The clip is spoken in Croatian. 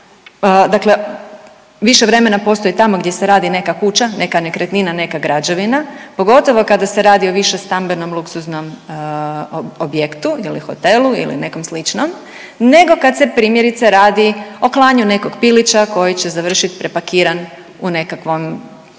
dakle više vremena postoji tamo gdje se radi neka kuća, neka nekretnina, neka građevina, pogotovo kada se radi o višestambenom luksuznom objektu ili hotelu ili nekom slično nego kad se primjerice radi o klanju nego pilića koji će završit prepakiran u nekakvom